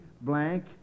blank